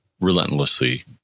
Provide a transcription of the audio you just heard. relentlessly